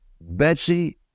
Betsy